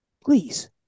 Please